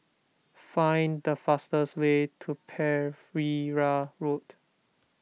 find the fastest way to Pereira Road